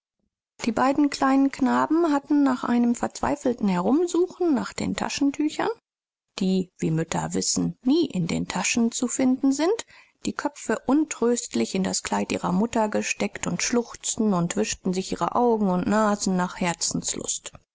die beiden kleinen knaben nachdem sie verzweiflungsvoll ihre taschen nach jenen tüchern durchsucht hatten von denen mütter wissen daß sie dort nie zu finden sind hatten ihre gesichter in die falten des mütterlichen kleides gesteckt und schluchzten und wischten sich die augen und nase nach herzenslust